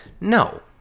No